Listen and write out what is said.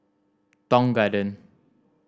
Tong Garden